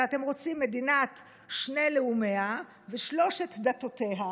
הרי אתם רוצים מדינת שני לאומיה ושלוש דתותיה,